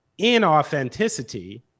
inauthenticity